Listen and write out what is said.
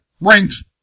Rings